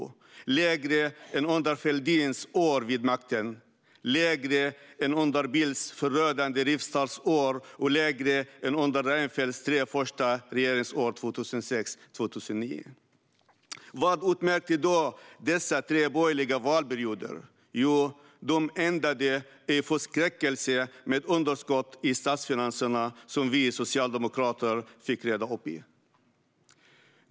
Den är lägre än under Fälldins år vid makten, lägre än under Bildts förödande rivstartsår och lägre än under Reinfeldts tre första regeringsår 2006-2009. Vad utmärkte då dessa tre borgerliga valperioder? Jo, de ändade i förskräckelse med underskott i statsfinanserna, som vi socialdemokrater fick reda upp.